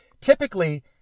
typically